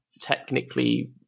technically